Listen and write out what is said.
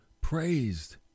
praised